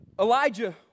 Elijah